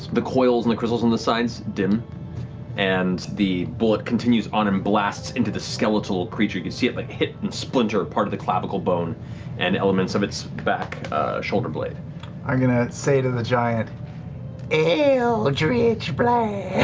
the coils and the crystals on the sides dim and the bullet continues on and blasts into the skeletal creature, you can see it like hit and splinter part of the clavicle bone and elements of its back shoulder blade. sam i'm going to say to the giant eldritch blast!